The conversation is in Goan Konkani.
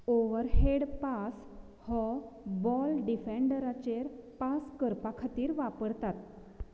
ओव्हरहेड पास हो बॉल डिफेंडराचेर पास करपा खातीर वापरतात